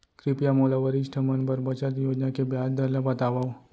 कृपया मोला वरिष्ठ मन बर बचत योजना के ब्याज दर ला बतावव